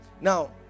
now